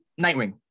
Nightwing